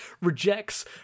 rejects